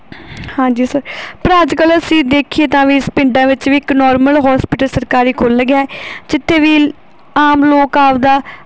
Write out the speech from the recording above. ਹਾਂਜੀ ਸਰ ਪਰ ਅੱਜ ਕੱਲ੍ਹ ਅਸੀਂ ਦੇਖੀਏ ਤਾਂ ਵੀ ਇਹ ਪਿੰਡਾਂ ਵਿੱਚ ਵੀ ਇੱਕ ਨੋਰਮਲ ਹੋਸਪੀਟਲ ਸਰਕਾਰੀ ਖੁੱਲ੍ਹ ਗਿਆ ਜਿੱਥੇ ਵੀ ਆਮ ਲੋਕ ਆਪਦਾ